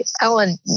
Ellen